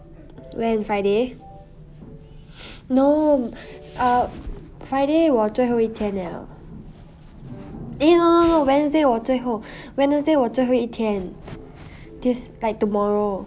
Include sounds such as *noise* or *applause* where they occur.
when friday *breath* no err friday 我最后一天了 eh no no no wednesday 我最后 wednesday 我最后一天 tues~ by tomorrow